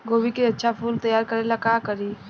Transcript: गोभी के अच्छा फूल तैयार करे ला का उपाय करी?